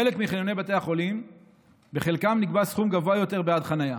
בחלק מחניוני בתי החולים נקבע סכום גבוה יותר בעד חניה.